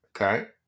Okay